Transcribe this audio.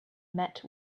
met